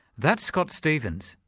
that's scott stephens,